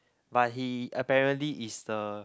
but he apparently is the